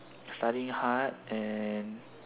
studying hard and